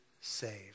saved